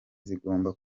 zigomba